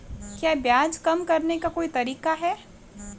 क्या ब्याज कम करने का कोई तरीका है?